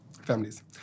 families